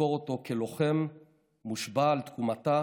נזכור אותו כלוחם מושבע על תקומתה